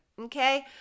Okay